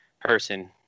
person